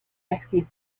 rescued